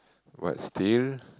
but still